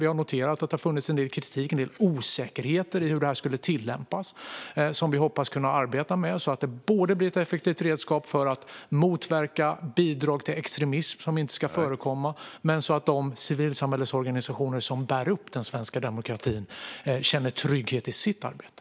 Vi har noterat att det har funnits en del kritik och osäkerhet i hur detta ska tillämpas. Vi hoppas kunna arbeta med detta så att det blir ett effektivt redskap för att motverka bidrag till extremism, som inte ska förekomma, och så att de civilsamhällesorganisationer som bär upp den svenska demokratin känner trygghet i sitt arbete.